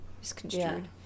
misconstrued